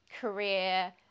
career